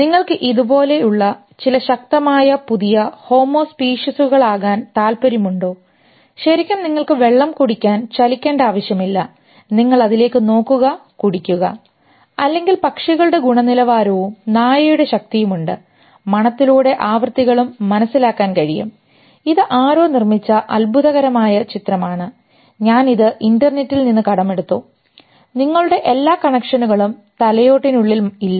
നിങ്ങൾക്ക് ഇതുപോലുള്ള ചില ശക്തമായ പുതിയ ഹോമോ സ്പീഷിസുകളാകാൻ താല്പര്യമുണ്ടോ ശരിക്കും നിങ്ങൾക്ക് വെള്ളം കുടിക്കാൻ ചലിക്കേണ്ട ആവശ്യമില്ല നിങ്ങൾ അതിലേക്ക് നോക്കുക കുടിക്കുക അല്ലെങ്കിൽ പക്ഷികളുടെ ഗുണനിലവാരവും നായയുടെ ശക്തിയും ഉണ്ട് മണത്തിലൂടെ ആവൃത്തികളും മനസ്സിലാക്കാൻ കഴിയും ഇത് ആരോ നിർമ്മിച്ച അത്ഭുതകരമായ ചിത്രമാണ് ഞാൻ ഇത് ഇൻറെർനെറ്റിൽ നിന്ന് കടമെടുത്തു നിങ്ങളുടെ എല്ലാ കണക്ഷനുകളും തലയോട്ടിനുള്ളിൽ ഇല്ല